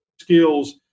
skills